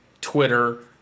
Twitter